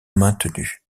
maintenue